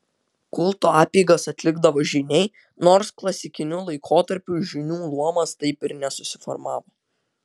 kulto apeigas atlikdavo žyniai nors klasikiniu laikotarpiu žynių luomas taip ir nesusiformavo